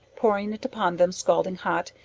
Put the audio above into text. pouring it upon them scalding hot,